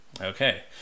Okay